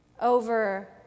over